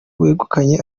wegukanye